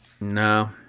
No